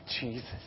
Jesus